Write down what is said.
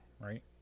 right